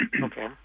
Okay